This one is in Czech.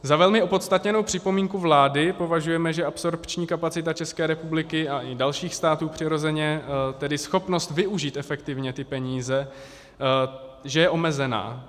Za velmi opodstatněnou připomínku vlády považujeme, že absorpční kapacita České republiky a i dalších států přirozeně, tedy schopnost využít efektivně ty peníze, je omezená.